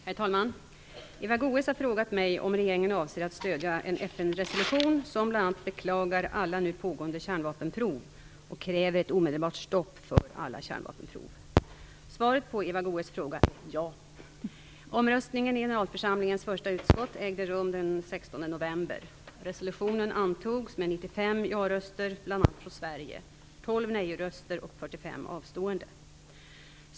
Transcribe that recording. Herr talman! Eva Goës har frågat mig om regeringen avser att stödja en FN-resolution som bl.a. beklagar alla nu pågående kärnvapenprov och kräver ett omedelbart stopp för alla kärnvapenprov. Svaret på Eva Goës fråga är ja. Omröstningen i generalförsamlingens första utskott ägde rum den 16 från Sverige, 12 nej-röster och 45 avstående.